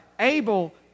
Abel